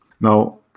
Now